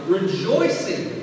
rejoicing